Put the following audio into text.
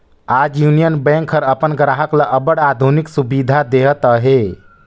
आज Union Bank हर अपन गराहक ल अब्बड़ आधुनिक सुबिधा देहत अहे